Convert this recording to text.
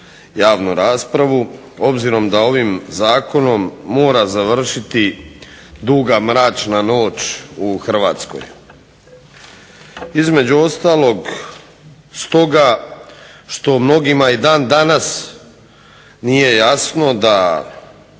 javnu raspravu, obzirom da ovim zakonom mora završiti duga mračna noć u Hrvatskoj. Između ostalog stoga što mnogima i dan danas nije jasno da